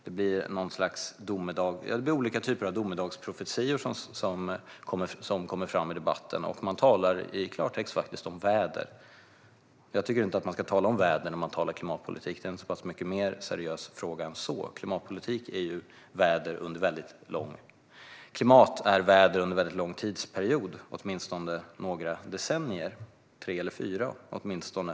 Det blir olika typer av domedagsprofetior som kommer fram i debatten, och man talar faktiskt i klartext om väder. Jag tycker inte att man ska tala om väder när man talar klimatpolitik; det är en mycket mer seriös fråga än så. Klimat är ju väder under en väldigt lång tidsperiod, åtminstone tre eller fyra decennier.